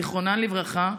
זיכרונן לברכה,